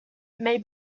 may